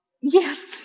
Yes